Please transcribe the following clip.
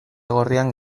gorrian